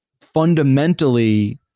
fundamentally